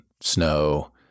snow